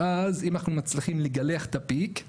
אנחנו מסתכלים על השטח מתחת לפונקציה הזו,